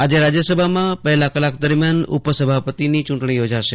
આજે રાજયસભામાં પહેલા કલાક દરમિયાન ઉપ સભાપતિની ચૂંટણી યોજાશે